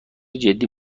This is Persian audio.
جدی